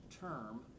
term